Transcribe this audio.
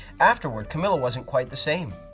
afterward camilla wasn't quite the same.